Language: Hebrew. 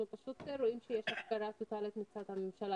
אנחנו רואים שיש הפקרה טוטאלית מצד הממשלה